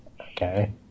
Okay